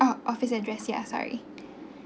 oh office address ya sorry